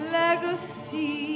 legacy